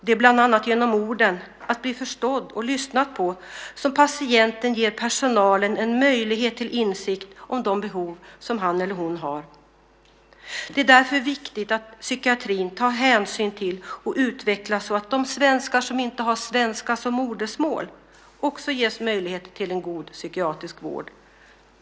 Det är bland annat genom orden - det handlar om att bli förstådd och lyssnad på - som patienten ger personalen en möjlighet till insikt om de behov som han eller hon har. Det är därför viktigt att psykiatrin tar hänsyn till det och utvecklas så att de svenskar som inte har svenska som modersmål också ges möjlighet till en god psykiatrisk vård.